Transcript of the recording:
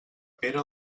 pere